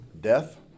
death